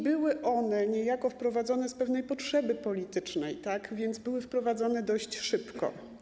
Były one niejako wprowadzone z pewnej potrzeby politycznej, więc były wprowadzone dość szybko.